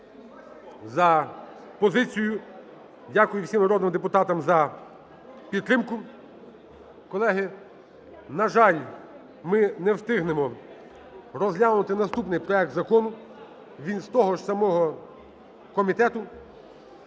за позицію. Дякую всім народним депутатам за підтримку. Колеги, на жаль, ми не встигнемо розглянути наступний проект закону, він з того ж самого комітету